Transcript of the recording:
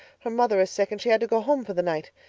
her mother is sick and she had to go home for the night.